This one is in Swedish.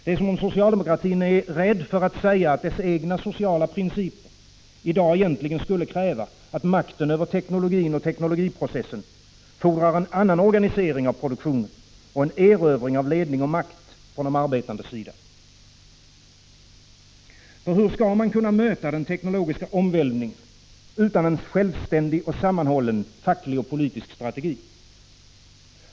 Det är som om socialdemokratin är rädd för att säga att dess egna sociala principer i dag egentligen skulle kräva att makten över teknologin och teknologiprocessen fordrar en annan organisering av produktionen och en erövring av ledning och makt från de arbetandes sida. För hur skall man kunna möta den teknologiska omvälvningen utan en självständig och sammanhållen facklig och politisk strategi?